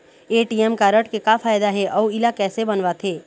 ATM card के का फायदा हे अऊ इला कैसे बनवाथे?